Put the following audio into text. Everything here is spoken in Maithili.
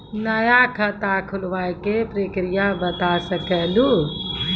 नया खाता खुलवाए के प्रक्रिया बता सके लू?